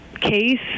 case